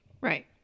Right